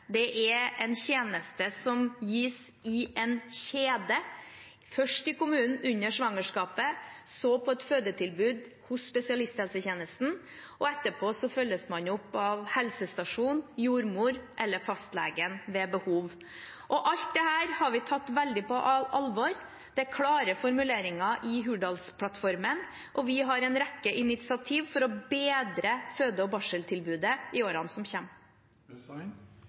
Det er en tjeneste som gis i en kjede – først i kommunen, under svangerskapet, så på et fødetilbud hos spesialisthelsetjenesten, og etterpå følges man opp av helsestasjon, jordmor eller fastlegen ved behov. Alt dette har vi tatt veldig på alvor. Det er klare formuleringer i Hurdalsplattformen, og vi har en rekke initiativ for å bedre føde- og barseltilbudet i årene som